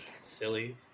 Silly